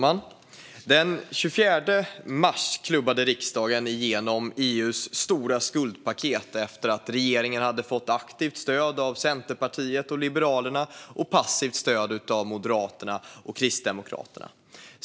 Fru talman! Den 24 mars klubbade riksdagen igenom EU:s stora skuldpaket efter att regeringen hade fått aktivt stöd av Centerpartiet och Liberalerna och passivt stöd av Moderaterna och Kristdemokraterna.